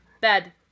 Bed